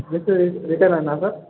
just రిటర్నేనా sir